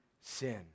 sin